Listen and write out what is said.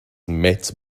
met